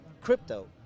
crypto